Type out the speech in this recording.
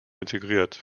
integriert